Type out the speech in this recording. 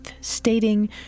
stating